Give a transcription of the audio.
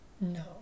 No